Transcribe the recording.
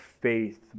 faith